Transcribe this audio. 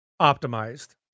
optimized